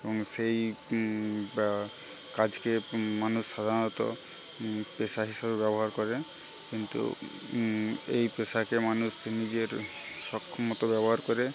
এবং সেই কাজকে মানুষ সাধারণত পেশা হিসেবে ব্যবহার করে কিন্তু এই পেশাকে মানুষ নিজের সক্ষমতা ব্যবহার করে